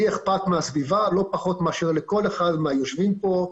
לי אכפת מהסביבה לא פחות מאשר לכל אחד מהיושבים כאן,